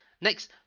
Next